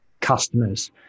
customers